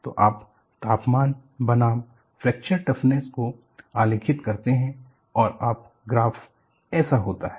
तो आप तापमान बनाम फ्रैक्चर टफनेस को आलेखित करते हैं और ग्राफ ऐसा होता है